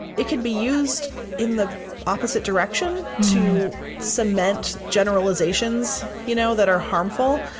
it could be used in the opposite direction, to cement generalizations you know that are harmful.